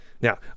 now